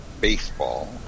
baseball